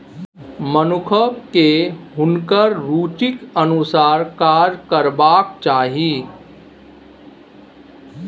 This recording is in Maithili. मनुखकेँ हुनकर रुचिक अनुसारे काज करबाक चाही